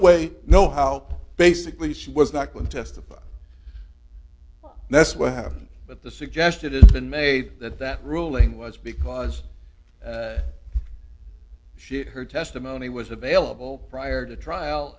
way no how basically she was not going to testify and that's what happened but the suggestion has been made that that ruling was because she said her testimony was available prior to trial